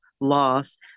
loss